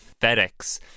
FedEx